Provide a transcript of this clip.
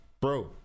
bro